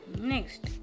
Next